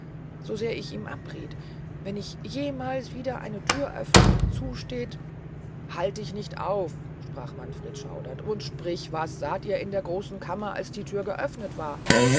so sehr ich ihm abrieth wenn ich jemals wieder eine thür öfne die zu steht halt dich nicht auf sprach manfred schaudernd und sprich was saht ihr in der großen kammer als die thür geöfnet war